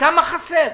כמה חסר?